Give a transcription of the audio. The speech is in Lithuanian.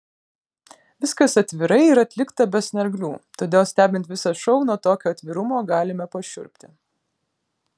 viskas atvirai ir atlikta be snarglių todėl stebint visą šou nuo tokio atvirumo galime pašiurpti